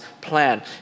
plan